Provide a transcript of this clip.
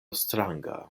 stranga